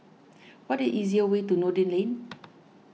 what the easiest way to Noordin Lane